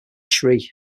sri